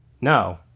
No